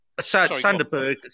Sanderberg